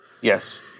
Yes